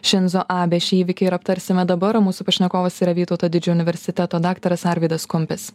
šinzo abė šį įvykį ir aptarsime dabar o mūsų pašnekovas yra vytauto didžiojo universiteto daktaras arvydas kumpis